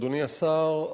אדוני השר,